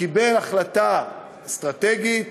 קיבל החלטה אסטרטגית,